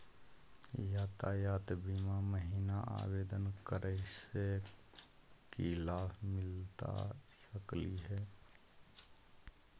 यातायात बीमा महिना आवेदन करै स की लाभ मिलता सकली हे?